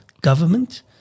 government